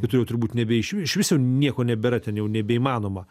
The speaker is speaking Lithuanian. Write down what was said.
ir tu jau turbūt nebe iš iš viso nieko nebėra ten jau nebeįmanoma